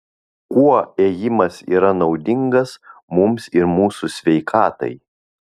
kuo ėjimas yra naudingas mums ir mūsų sveikatai